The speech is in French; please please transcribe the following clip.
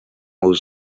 aux